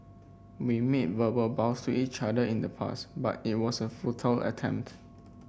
we made verbal vows to each other in the past but it was a futile attempt